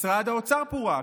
משרד האוצר פורק,